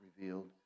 revealed